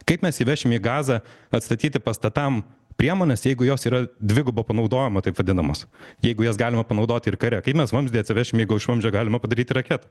kaip mes įvešim į gazą atstatyti pastatam priemones jeigu jos yra dvigubo panaudojimo taip vadinamos jeigu jas galima panaudoti ir kare kaip mes vamzdį asivešim jeigu iš vamzdžio galima padaryti raketą